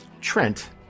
Trent